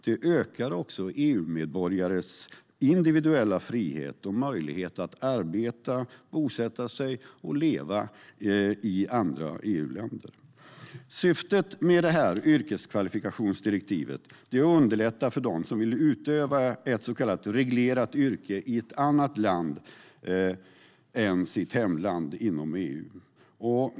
Det ökar nämligen också EU-medborgares individuella frihet och möjlighet att arbeta, bosätta sig och leva i andra EU-länder. Syftet med yrkeskvalifikationsdirektivet är att underlätta för dem som vill utöva ett så kallat reglerat yrke i ett annat land än sitt hemland inom EU.